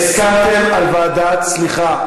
ועדת הכנסת.